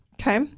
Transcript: okay